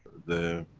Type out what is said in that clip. the.